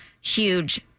huge